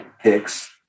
picks